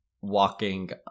walking